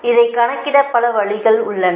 இதை கணக்கிட பல வழிகள் உள்ளன